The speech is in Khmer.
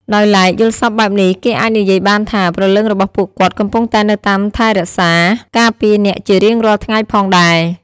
ដោយឡែក យល់សប្តិបែបនេះ គេអាចនិយាយបានថា ព្រលឹងរបស់ពួកគាត់ កំពុងតែនៅតាមថែរក្សា ការពារអ្នកជារៀងរាល់ថ្ងៃផងដែរ ។